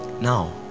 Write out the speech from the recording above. now